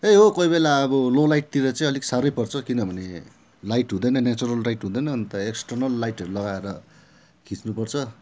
त्यही हो कोही बेला अब लो लाइटतिर चाहिँ अलिक साह्रै पर्छ किनभने लाइट हुँदैन न्याचरल लाइट हुँदैन अन्त एक्सटर्नल लाइटहरू लगाएर खिच्नु पर्छ